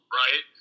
right